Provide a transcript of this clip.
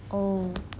oh